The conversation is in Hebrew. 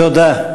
תודה.